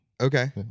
Okay